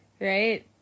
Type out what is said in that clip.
Right